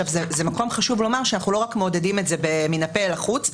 זה מקום חשוב לומר שאנחנו לא רק מעודדים את זה מן הפה אל החוץ,